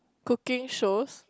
cooking shows